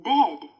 Bed